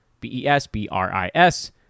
B-E-S-B-R-I-S